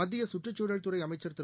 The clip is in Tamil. மத்தியசுற்றுச்சூழல்துறைஅமைச்சர்திரு